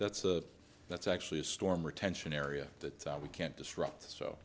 that's a that's actually a storm retention area that we can't